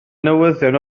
newyddion